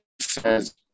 says